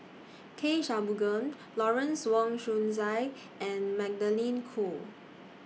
K Shanmugam Lawrence Wong Shyun Tsai and Magdalene Khoo